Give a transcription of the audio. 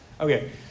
Okay